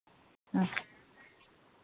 ᱦᱮᱸ